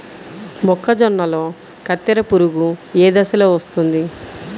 మొక్కజొన్నలో కత్తెర పురుగు ఏ దశలో వస్తుంది?